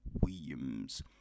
Williams